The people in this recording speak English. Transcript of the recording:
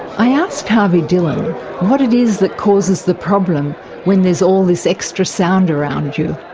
i asked harvey dillon what is that causes the problem when there's all this extra sound around you.